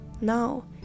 Now